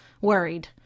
worried